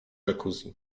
jacuzzi